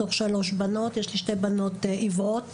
מתוך שלוש בנות יש לי שתי בנות עיוורות.